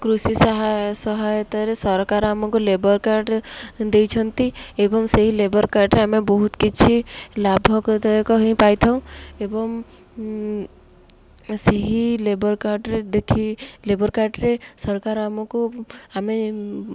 କୃଷି ସହାୟତରେ ସରକାର ଆମକୁ ଲେବର କାର୍ଡ୍ ଦେଇଛନ୍ତି ଏବଂ ସେହି ଲେବର କାର୍ଡ୍ରେ ଆମେ ବହୁତ କିଛି ଲାଭକଦାୟକ ହିଁ ପାଇ ଥାଉ ଏବଂ ସେହି ଲେବର କାର୍ଡ୍ରେ ଦେଖି ଲେବର କାର୍ଡ୍ରେ ସରକାର ଆମକୁ ଆମେ